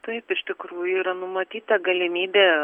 taip iš tikrųjų yra numatyta galimybė